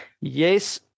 Yes